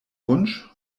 wunsch